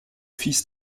fils